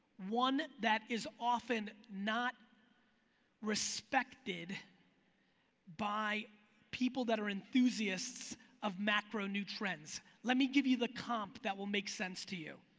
one that is often not respected by people that are enthusiasts of macro new trends. let me give you the comp that will make sense to you.